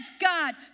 God